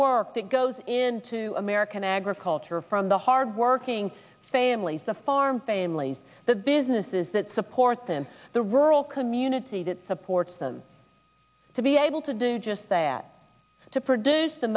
work that goes into american agriculture from the hard working families the farm families the businesses that support them the rural community that supports them to be able to do just that to produce the